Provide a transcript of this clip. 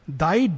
thy